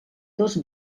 dos